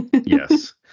Yes